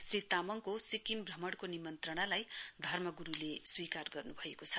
श्री तामङको सिक्किम भ्रमणको निमन्त्रणालाई धर्मग्रूले स्वीकार गर्न्भएको छ